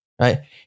right